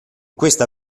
questa